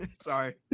Sorry